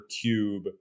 cube